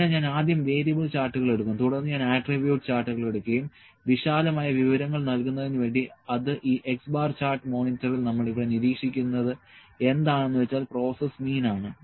അതിനാൽ ഞാൻ ആദ്യം വേരിയബിൾ ചാർട്ടുകൾ എടുക്കും തുടർന്ന് ഞാൻ ആട്രിബ്യൂട്ട് ചാർട്ടുകൾ എടുക്കുകയും വിശാലമായ വിവരങ്ങൾ നൽകുന്നതിന് വേണ്ടി അത് ഈ X ബാർ ചാർട്ട് മോണിറ്ററിൽ നമ്മൾ ഇവിടെ നിരീക്ഷിക്കുന്നത് എന്താണെന്ന് വെച്ചാൽ പ്രോസസ്സ് മീൻ ആണ്